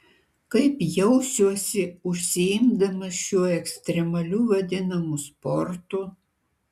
kaip jausiuosi užsiimdamas šiuo ekstremaliu vadinamu sportu